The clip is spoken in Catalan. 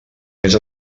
més